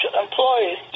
employees